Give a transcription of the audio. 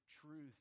truth